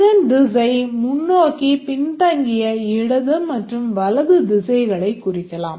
இதன் திசை முன்னோக்கி பின்தங்கிய இடது மற்றும் வலது திசைகளைக் குறிக்கலாம்